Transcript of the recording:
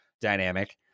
dynamic